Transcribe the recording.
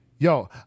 Yo